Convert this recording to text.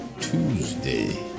Tuesday